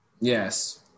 Yes